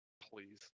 please